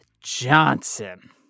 Johnson